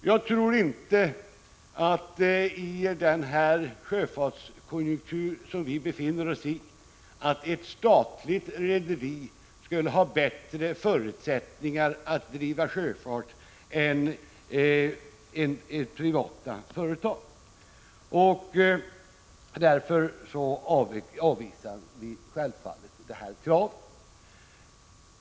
Jag tror inte att ett statligt rederi i den sjöfartskonjunktur som vi befinner oss i skulle ha bättre förutsättningar att driva sjöfart än privata företag. Därför avvisar vi detta krav.